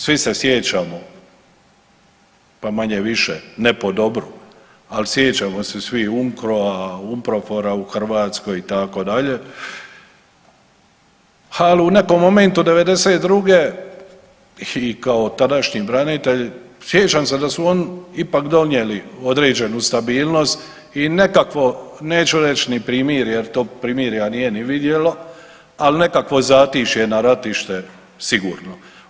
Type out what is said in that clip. Svi se sjećamo pa manje-više, ne po dobru, ali sjećamo se svi UNCRO-a, UNPROFOR-a i Hrvatskoj itd., ali u nekom momentu '92. i kao tadašnji branitelj sjećam se da su oni ipak donijeli određenu stabilnost i nekakvo neću reći ni primirje jer tog primirja nije ni vidjelo, ali nekakvo zatišje na ratište, sigurno.